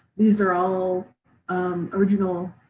these are all original,